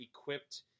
equipped